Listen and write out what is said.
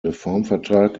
reformvertrag